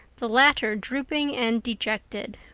the latter drooping and dejected.